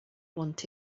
want